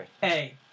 hey